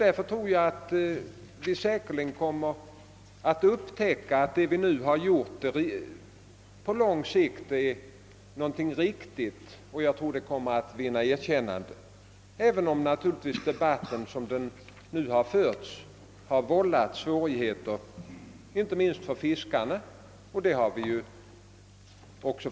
Därför tror jag att vad vi nu gjort kommer att vara riktigt på lång sikt, och jag tror att det kommer att vinna erkännande, även om debatten som den nu förts vållat svårigheter, inte minst för fiskarna.